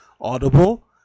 audible